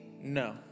No